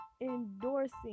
endorsing